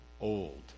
old